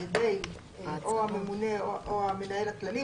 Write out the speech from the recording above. על ידי או הממונה או המנהל הכללי.